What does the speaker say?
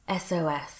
SOS